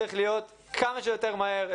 זה צריך להיות כמה שיותר מהר.